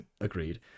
Agreed